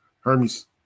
Hermes